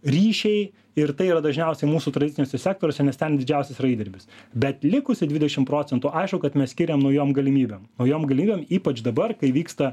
ryšiai ir tai yra dažniausiai mūsų tradiciniuose sektoriuose nes ten didžiausias yra įdirbis bet likusį dvidešim procentų aišku kad mes skiriam naujom galimybėm naujom galimybėm ypač dabar kai vyksta